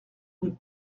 rue